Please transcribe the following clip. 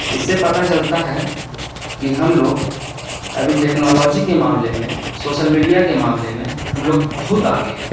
اس سے پتا چلتا ہے کہ ہم لوگ ابھی ٹیکنالوجی کے معاملے میں سوسل میڈیا کے معاملے میں ہم لوگ بہت آگے ہیں